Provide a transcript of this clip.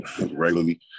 regularly